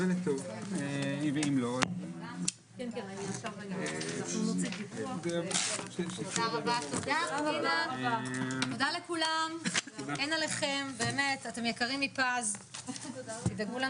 ננעלה בשעה 12:05.